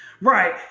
Right